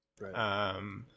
Right